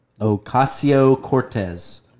Ocasio-Cortez